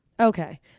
Okay